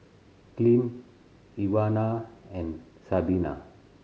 Clint Ivana and Sabina